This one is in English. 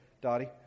Dottie